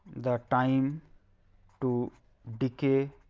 the time to decay